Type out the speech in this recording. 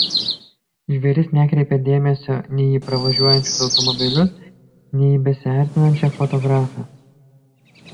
žvėris nekreipė dėmesio nei į pravažiuojančius automobilius nei į besiartinančią fotografę